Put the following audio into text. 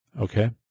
okay